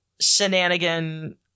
shenanigan